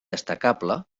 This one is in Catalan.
destacable